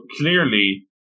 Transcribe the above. clearly